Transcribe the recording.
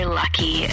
lucky